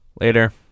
Later